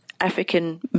African